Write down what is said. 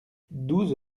douze